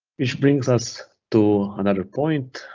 which brings us to another point,